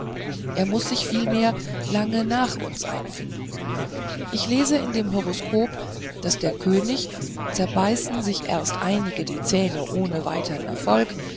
er muß sich vielmehr lange nach uns einfinden ich lese in dem horoskop daß der könig zerbeißen sich erst einige die zähne ohne weitern erfolg